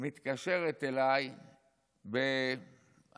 מתקשרת אליי ב-03:50,